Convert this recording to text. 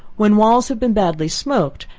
when walls have been badly smoked,